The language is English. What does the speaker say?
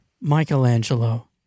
michelangelo